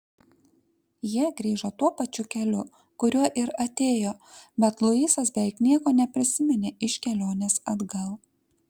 jie grįžo tuo pačiu keliu kuriuo ir atėjo bet luisas beveik nieko neprisiminė iš kelionės atgal